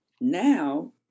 Now